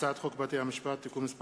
מטעם הכנסת, הצעת חוק בתי-המשפט (תיקון מס'